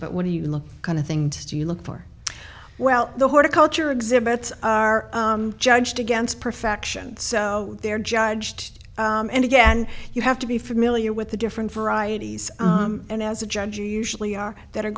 but what do you look kind of thing to do you look for well the horticulture exhibits are judged against perfection so they're judged and again you have to be familiar with the different varieties and as a judge you usually are that are